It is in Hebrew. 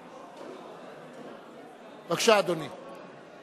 בבקשה, אדוני.